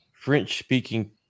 French-speaking